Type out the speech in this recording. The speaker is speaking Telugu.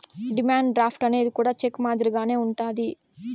డిమాండ్ డ్రాఫ్ట్ అనేది కూడా చెక్ మాదిరిగానే ఉంటది